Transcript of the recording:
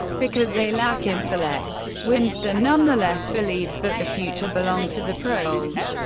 because they lack intellect. winston nonetheless believes that the future belonged to the proles.